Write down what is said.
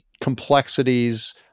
complexities